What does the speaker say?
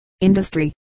Industry